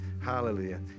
Hallelujah